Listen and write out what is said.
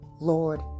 Lord